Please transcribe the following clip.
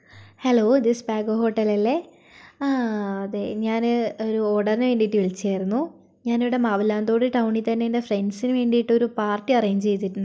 hello ദിസ്ബാഗോ hotel അല്ലെ ആ അതെ ഞാൻ ഒരു ഓർഡറിന് വേണ്ടിയിട്ട് വിളിച്ചായിരുന്നു ഞാൻ ഇവിടെ മാവിലാന്തോട് ടൗണിൽ തന്നെ എൻ്റെ ഫ്രണ്ട്സിന് വേണ്ടിയിട്ടൊരു പാർട്ടി അറേഞ്ച് ചെയ്തിട്ടുണ്ടായിരുന്നു